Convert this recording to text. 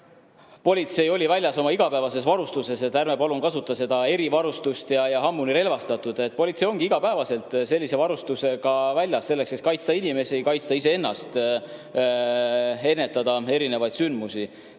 Politsei oli väljas oma igapäevases varustuses ja ärme palun kasutame seda väljendit "erivarustuses ja hambuni relvastatud". Politsei ongi iga päev sellise varustusega väljas, selleks et kaitsta inimesi, kaitsta iseennast, ennetada erinevaid sündmusi.